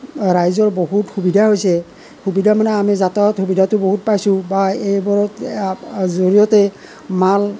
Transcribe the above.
ৰাইজৰ বহুত সুবিধা হৈছে সুবিধা মানে আমি যাতায়ত সুবিধাটো বহুত পাইছোঁ বা এইবোৰত জৰিয়তে মাল